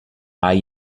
hai